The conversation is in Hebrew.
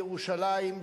לירושלים,